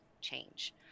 change